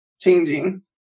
changing